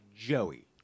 Joey